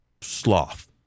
sloth